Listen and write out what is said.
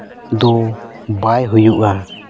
ᱫᱚ ᱵᱟᱭ ᱦᱩᱭᱩᱜᱼᱟ